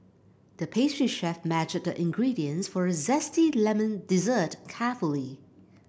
the pastry chef measured the ingredients for a zesty lemon dessert carefully